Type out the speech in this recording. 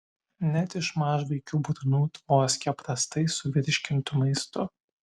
net iš mažvaikių burnų tvoskia prastai suvirškintu maistu